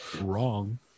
wrong